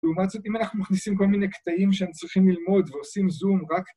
לעומת זאת, אם אנחנו מכניסים כל מיני קטעים שהם צריכים ללמוד ועושים זום רק...